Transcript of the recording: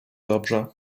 dobrze